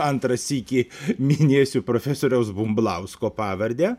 antrą sykį minėsiu profesoriaus bumblausko pavardę